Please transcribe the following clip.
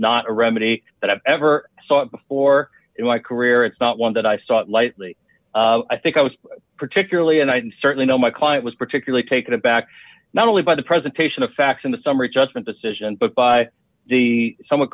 a remedy that i've ever sought before in my career it's not one that i sought lightly i think i was particularly and i certainly know my client was particularly taken aback not only by the presentation of facts in the summary judgment decision but by the somewhat